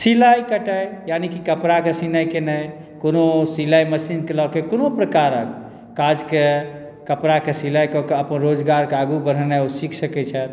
सिलाई कटाई यानि कपड़ाकेँ सिलाई केनाइ कोनो सिलाई मशीन केँ लऽ कोनो प्रकारक काजकेँ कपड़ाके सिलाईकेँ अपन रोजगारकेॅं आगू बढ़ेनाई ओ सिख सकै छथि